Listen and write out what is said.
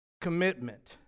commitment